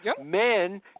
men